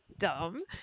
dumb